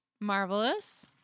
Marvelous